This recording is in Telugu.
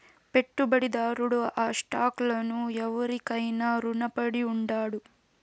పెట్టుబడిదారుడు ఆ స్టాక్ లను ఎవురికైనా రునపడి ఉండాడు